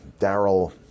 Daryl